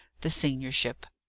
the seniorship.